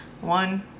One